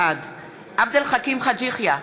בעד עבד אל חכים חאג' יחיא,